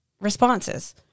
responses